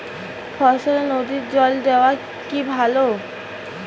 ফসলে নদীর জল দেওয়া কি ভাল?